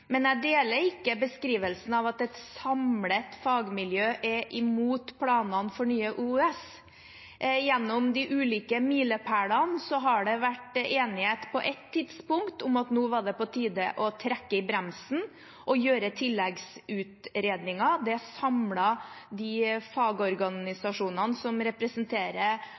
Men jeg deler ikke beskrivelsen av at et samlet fagmiljø er imot planene for Nye OUS. Gjennom de ulike milepælene har det på et tidspunkt vært enighet om at det nå var på tide å trekke i bremsen og gjøre tilleggsutredninger. Det samlet de fagorganisasjonene som representerer